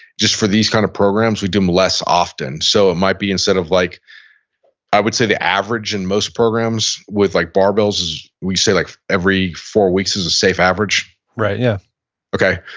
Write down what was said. just for these kind of programs, we do them less often. so it might be, instead of, like i would say the average in most programs with like barbells is we say like every four weeks is a safe average right, yeah okay,